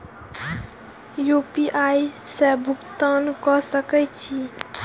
UPI से भुगतान क सके छी?